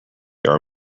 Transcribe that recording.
there